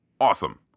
Awesome